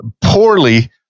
poorly